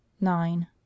Nine